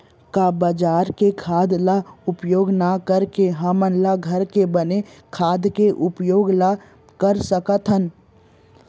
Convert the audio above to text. का बजार के खाद ला उपयोग न करके हमन ल घर के बने खाद के उपयोग ल कर सकथन?